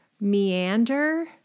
meander